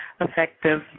effective